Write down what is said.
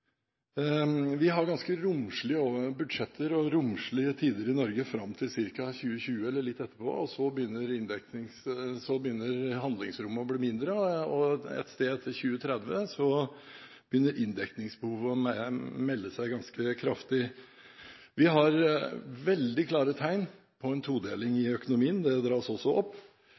Vi har ganske romslige budsjetter og romslige tider i Norge fram til ca. 2020 eller litt etterpå. Så begynner handlingsrommet å bli mindre, og en gang etter 2030 begynner inndekningsbehovet å melde seg ganske kraftig. Vi har veldig klare tegn på en todeling i økonomien. Det trekkes også opp.